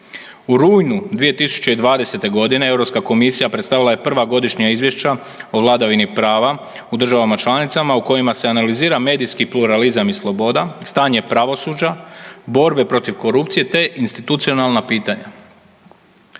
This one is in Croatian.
U rujnu 2020.g. Europska komisija predstavila je prva godišnja izvješća o vladavini prava u državama članicama u kojima se analizira medijski pluralizam i sloboda, stanje pravosuđa, borbe protiv korupcije te institucionalna pitanja.